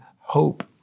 hope